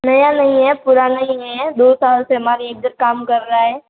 नया नहीं है पुराना ही है दो साल से हमारे इधर काम कर रहा है